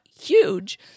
huge